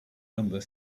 number